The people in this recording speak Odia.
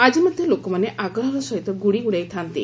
ଆକି ମଧ ଲୋକମାନେ ଆଗ୍ରହର ସହିତ ଗୁଡ଼ି ଉଡ଼ାଇଥା'ନ୍ତି